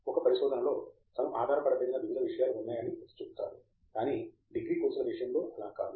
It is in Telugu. ఒక పరిశోధనలో తను ఆధారపడదగిన వివిధ విషయాలు ఉన్నాయని ఎత్తి చూపుతారు కానీ డిగ్రీ కోర్సుల విషయములో అలా కాదు